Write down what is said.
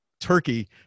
turkey